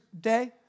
day